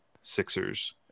Sixers